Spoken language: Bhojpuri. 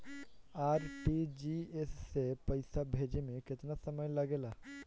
आर.टी.जी.एस से पैसा भेजे में केतना समय लगे ला?